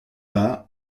bas